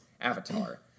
Avatar